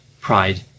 pride